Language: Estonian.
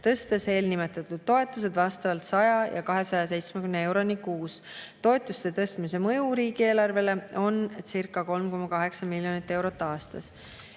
tõstes eelnimetatud toetused vastavalt 100 ja 270 euroni kuus. Toetuste tõstmise mõju riigieelarvele oncirca3,8 miljonit eurot aastas.